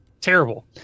Terrible